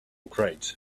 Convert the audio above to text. great